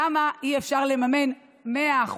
למה אי-אפשר לממן 100%?